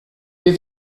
wir